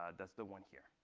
ah that's the one here.